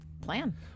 Plan